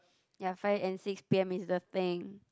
ya five and six P_M is the thing